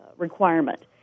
Requirement